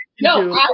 no